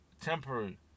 temporary